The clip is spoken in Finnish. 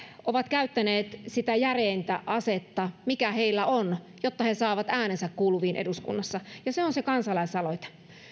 ovat käyttäneet sitä järeintä asetta mikä heillä on jotta he saavat äänensä kuuluviin eduskunnassa ja se on se kansalaisaloite